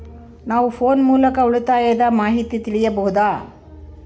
ನಾವು ಫೋನ್ ಮೂಲಕ ಉಳಿತಾಯದ ಮಾಹಿತಿ ತಿಳಿಯಬಹುದಾ?